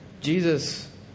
Jesus